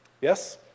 Yes